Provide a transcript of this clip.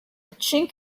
chink